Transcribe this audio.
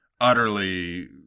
utterly